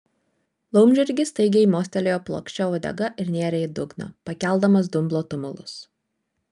laumžirgis staigiai mostelėjo plokščia uodega ir nėrė į dugną pakeldamas dumblo tumulus